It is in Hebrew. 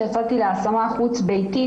שיצאתי להשמה חוץ ביתית,